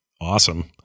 Awesome